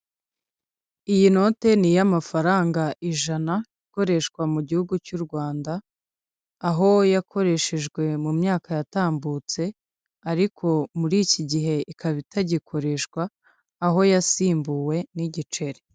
Iyi note ni iy'amafaranga ijana ikoreshwa mu gihugu cy'u Rwanda aho yakoreshejwe mu myaka yatambutse ariko muri iki gihe ikaba itagireshwa aho yasimbuwe n'igiceri.